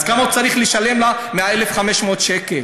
אז כמה הוא צריך לשלם לה מה-1,500 שקל?